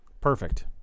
Perfect